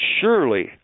surely